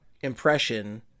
impression